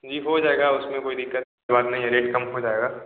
जी हो जाएगा उसमें कोई दिक्कत की बात नहीं है रेट कम हो जाएगा